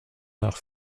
nach